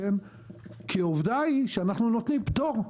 ועובדה שאנחנו נותנים פטור.